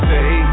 Say